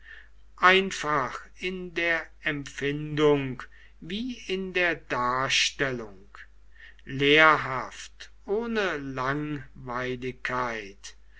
einfach in der empfindung wie in der darstellung lehrhaft ohne langweiligkeit